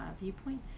viewpoint